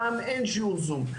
פעם אין שיעור זום.